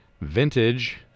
vintage